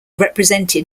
represented